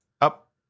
up